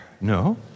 No